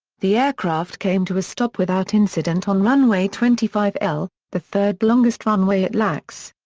the aircraft came to a stop without incident on runway twenty five l, the third-longest runway at lax.